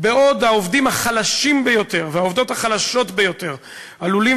בעוד העובדים החלשים ביותר והעובדות החלשות ביותר עלולים